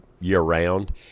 year-round